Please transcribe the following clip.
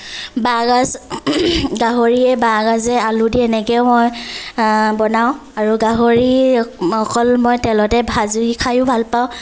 বাঁহগাজ গাহৰিয়ে বাঁহগাজে আলু দি এনেকেও মই বনাওঁ আৰু গাহৰি অকল মই তেলতে ভাজি খায়ো ভালপাওঁ